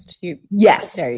Yes